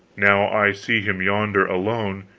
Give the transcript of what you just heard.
now i see him yonder alone,